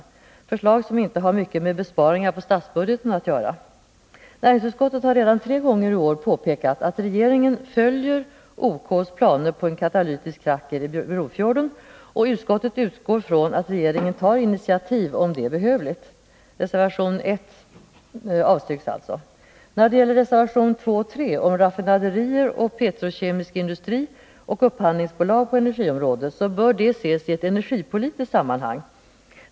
Det är förslag som inte har mycket med besparingar i statsbudgeten att göra. Näringsutskottet har redan tre gånger i år påpekat att regeringen följer 'OK:s planer på en katalytisk kracker i Brofjorden. Utskottet utgår från att regeringen tar initiativ om det är behövligt. Reservation 1 avstyrks alltså. När det gäller reservation 2 och 3 om raffinaderier och petrokemisk industri och om upphandlingsbolag på energiområdet anser vi att de frågorna bör ses i ett energipolitiskt sammanhang.